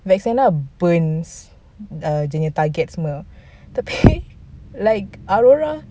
vexana burns um dia punya target semua tapi like aurora